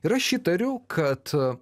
ir aš įtariu kad